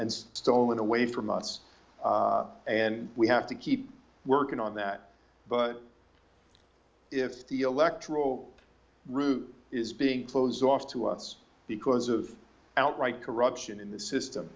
stolen away from us and we have to keep working on that but if the electoral route is being closed off to us because of outright corruption in the system